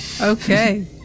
Okay